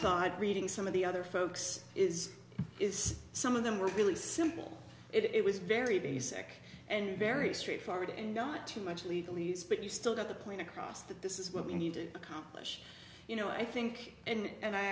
thought reading some of the other folks is is some of them were really simple it was very basic and very straightforward and not too much lead police but you still got the point across that this is what we need to accomplish you know i think and